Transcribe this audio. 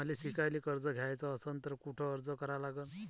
मले शिकायले कर्ज घ्याच असन तर कुठ अर्ज करा लागन?